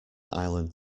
island